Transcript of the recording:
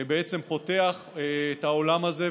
בעצם פותח את העולם הזה.